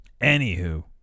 anywho